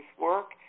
work